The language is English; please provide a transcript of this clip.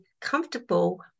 comfortable